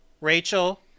Rachel